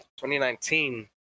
2019